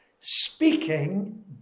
speaking